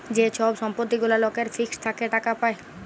যে ছব সম্পত্তি গুলা লকের ফিক্সড থ্যাকে টাকা পায়